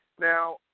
Now